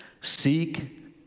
Seek